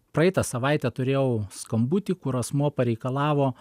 praeitą savaitę turėjau skambutį kur asmuo pareikalavo